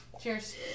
Cheers